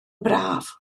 braf